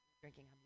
drinking